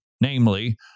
namely